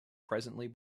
presently